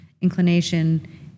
inclination